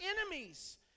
enemies